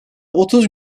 otuz